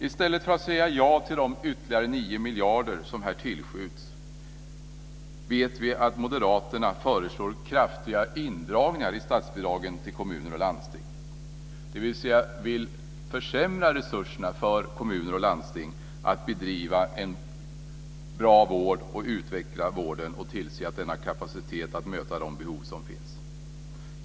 I stället för att säga ja till de ytterligare 9 miljarder som här tillskjuts föreslår moderaterna, vet vi, kraftiga indragningar i statsbidragen till kommuner och landsting - dvs. de vill försämra resurserna för kommuner och landsting när det gäller att bedriva en bra vård, utveckla vården och tillse att denna har kapacitet att möta de behov som finns.